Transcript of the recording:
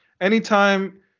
anytime